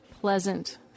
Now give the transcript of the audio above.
pleasant